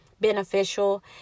beneficial